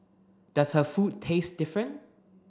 does her food taste different